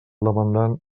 demandant